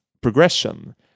progression